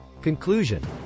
Conclusion